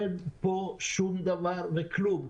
אין פה שום דבר מכלום.